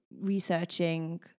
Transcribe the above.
researching